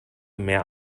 mehr